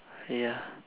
ya